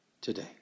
today